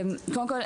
קודם כול,